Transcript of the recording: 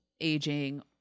aging